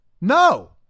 No